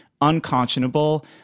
unconscionable